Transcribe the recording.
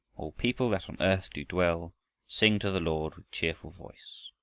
all people that on earth do dwell sing to the lord with cheerful voice.